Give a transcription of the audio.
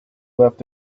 left